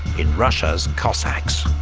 in russia's cossacks.